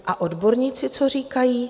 A odborníci, co říkají?